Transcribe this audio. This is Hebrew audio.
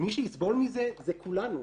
מי שיסבול מזה זה כולנו.